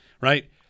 right